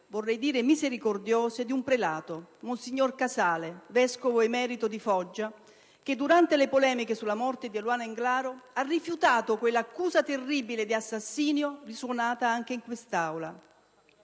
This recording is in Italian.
vorrei dire misericordiose, di un prelato, monsignor Casale, vescovo emerito di Foggia, che, durante le polemiche sulla morte di Eluana Englaro, ha rifiutato quell'accusa terribile di assassinio risuonata anche in quest'Aula